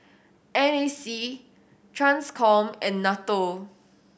N A C Transcom and NATO